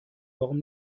warum